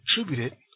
attributed